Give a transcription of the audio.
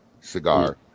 cigar